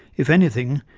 if anything,